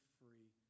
free